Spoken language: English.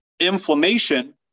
Inflammation